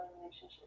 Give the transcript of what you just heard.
relationship